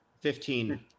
Fifteen